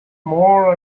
more